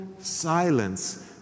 silence